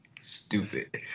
Stupid